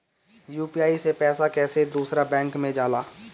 UPI से पैसा कैसे दूसरा बैंक मे जाला?